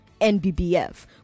NBBF